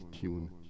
tune